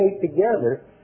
together